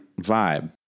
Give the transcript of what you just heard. vibe